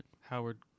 Howard